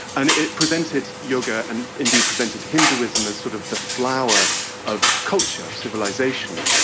and it presented yoga and indeed presented hinduism as sort of the flower of culture, of civilisation,